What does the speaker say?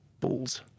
balls